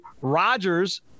Rodgers